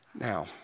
Now